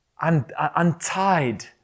untied